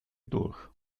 durch